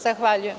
Zahvaljujem.